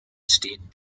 steht